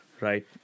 right